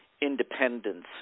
independence